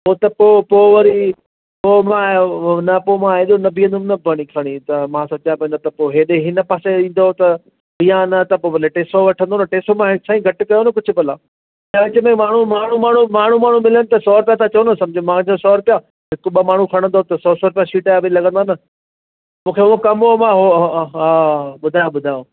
उहो त पोइ पोइ वरी पोइ मां हुन पोइ मां हेॾो न बीहंदुमि न पणी पणी त मां सोचियां पंहिंजो त पोइ हेॾे हिन पासे ईंदो त बीहां न त पोइ भले टे सौ वठंदो न टे सौ मां साईं घटि कयो कुझु भला ख़र्च में माण्हू माण्हू माण्हू माण्हू माण्हू मिलनि त सौ रुपिया त चओ न सम्झि मुंहिंजो सौ रुपिया हिकु ॿ माण्हू खणो त हुते सौ सौ रुपिया शीट या बि लॻंदा न मूंखे उहो कमु हुओ मां हा ॿुधायो ॿुधायो